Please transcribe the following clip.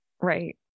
right